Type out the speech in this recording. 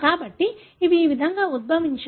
కాబట్టి ఇవి ఈ విధంగా ఉద్భవించాయి